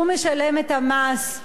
שהוא משלם את המס,